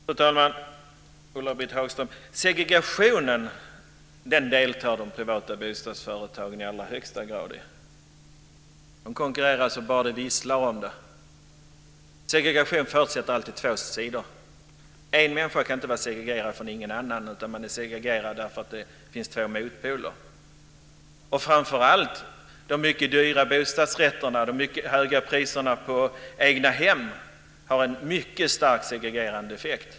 Fru talman! Ulla-Britt Hagström! Segregationen deltar de privata bostadsföretagen i allra högsta grad i. De konkurrerar så det bara visslar om det. Segregation förutsätter alltid två sidor. En människa kan bara vara segregerad från någon annan. Man är segregerad för att det finns två motpoler. Framför allt är det så att de mycket dyra bostadsrätterna och de mycket höga priserna på egna hem har en mycket starkt segregerande effekt.